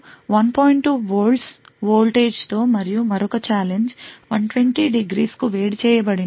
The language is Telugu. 2వోల్ట్స్ వోల్టేజ్తో మరియు మరొక ఛాలెంజ్ 120 ° కు వేడి చేయబడిన మరియు 1